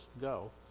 go